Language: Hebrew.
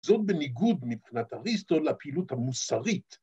‫זאת בניגוד מבחינת אריסטו ‫לפעילות המוסרית.